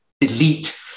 Delete